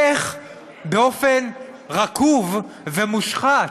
איך באופן רקוב ומושחת,